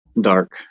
Dark